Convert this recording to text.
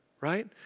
right